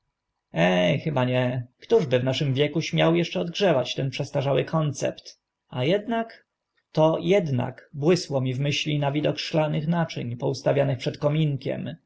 e chyba nie któż by w naszym wieku śmiał eszcze odgrzewać ten przestarzały koncept a ednak to ednak błysło mi w myśli na widok szklanych naczyń poustawianych przed kominkiem